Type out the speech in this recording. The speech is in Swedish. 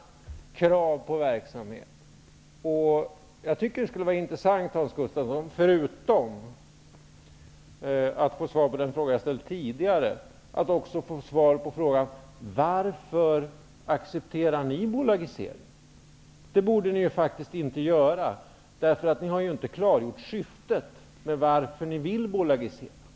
Bortsett från tidigare ställd fråga tycker jag att det skulle vara intressant att få höra Hans Gustafssons svar på frågan: Varför accepterar ni bolagisering? Det borde ni faktiskt inte göra. Ni har ju inte klargjort syftet med er vilja att bolagisera.